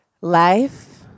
life